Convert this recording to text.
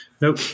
Nope